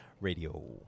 radio